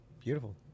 Beautiful